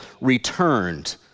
returned